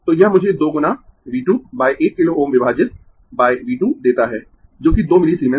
तो यह मुझे 2 गुना V 2 1 किलो Ω विभाजित V 2 देता है जो कि 2 मिलीसीमेंस है